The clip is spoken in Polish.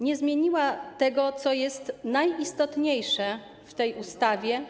Nie zmieniła tego, co jest najistotniejsze w tej ustawie.